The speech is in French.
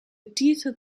titre